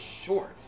short